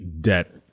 debt